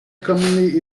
commonly